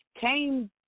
came